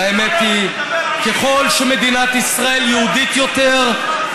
והאמת היא ככל שמדינת ישראל יהודית יותר,